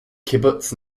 kibbutz